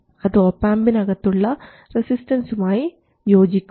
അത് ഒപാംപിന് അകത്തുള്ള റെസിസ്റ്റൻസുമായി യോജിക്കുന്നു